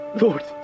Lord